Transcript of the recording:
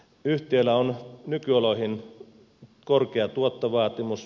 yhtiöllä on nykyoloihin korkea tuottovaatimus